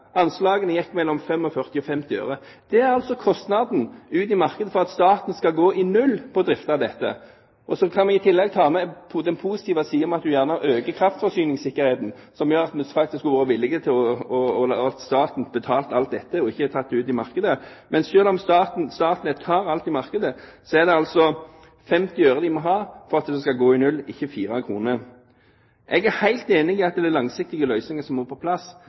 Anslagene lå på mellom 45 og 50 øre. Det er altså kostnaden ute i markedet for at staten skal gå i null på å drifte dette. Så kan vi i tillegg ta med på den positive siden at en gjerne øker kraftforsyningssikkerheten, som gjør at staten faktisk betaler alt dette, og at det ikke er tatt ut i markedet – men selv om Statnett tar alt i markedet, er det altså 50 øre de må ha for at det skal gå i null, ikke 4 kr. Jeg er helt enig i at det er langsiktige løsninger som må på plass,